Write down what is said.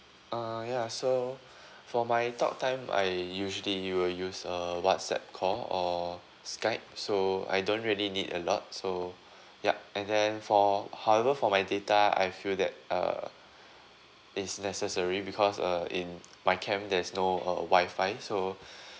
uh ya so for my talk time I usually will use uh WhatsApp call or Skype so I don't really need a lot so yup and then for however for my data I feel that uh it's necessary because uh in my camp there's no uh Wi-Fi so